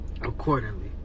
Accordingly